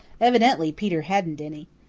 evidently peter hadn't any.